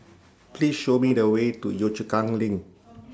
Please Show Me The Way to Yio Chu Kang LINK